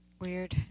weird